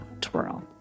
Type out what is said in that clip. twirl